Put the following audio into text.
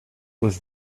was